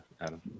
Adam